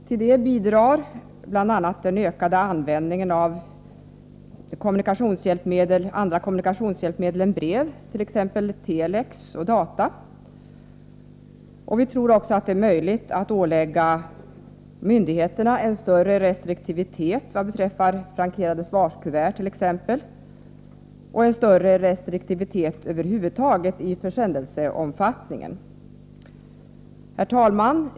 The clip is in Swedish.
Till det bidrar bl.a. en ökad användning av andra kommunikationshjälpmedel än brev, t.ex. telex och data. Vi tror också att det är möjligt att ålägga myndigheterna större restriktivitet vad beträffar frankerade svarskuvert t.ex. och en större restriktivitet över huvud taget i försändelseomfattningen. Herr talman!